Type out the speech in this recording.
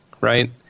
right